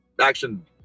Action